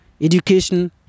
Education